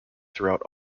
throughout